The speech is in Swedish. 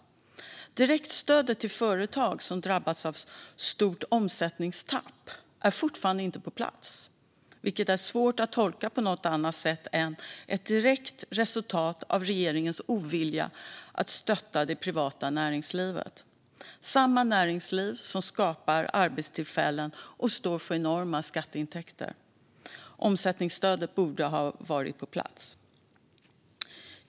Direktstödet till företag som drabbats av ett stort omsättningstapp är fortfarande inte på plats, vilket är svårt att tolka på något annat sätt än som ett direkt resultat av regeringens ovilja att stötta det privata näringslivet - samma näringsliv som skapar arbetstillfällen och står för enorma skatteintäkter. Omställningsstödet borde ha varit på plats.